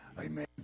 Amen